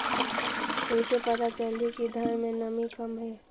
कइसे पता चलही कि धान मे नमी कम हे?